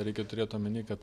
reikia turėt omeny kad